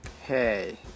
Hey